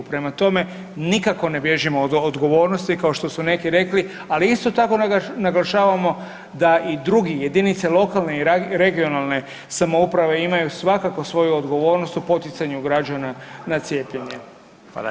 Prema tome, nikako ne bježimo od odgovornosti kao što su neki rekli, ali isto tako naglašavamo da i drugi jedinice lokalne i regionalne samouprave imaju svakako svoju odgovornost u poticanju građana na cijepljenje.